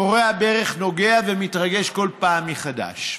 כורע ברך, נוגע ומתרגש כל פעם מחדש.